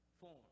Form